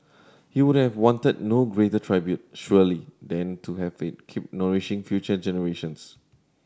he would have wanted no greater tribute surely than to have it keep nourishing future generations